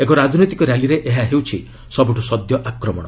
ଏକ ରାଜନୈତିକ ର୍ୟାଲିରେ ଏହା ହେଉଛି ସବୁଠୁ ସଦ୍ୟ ଆକ୍ରମଣ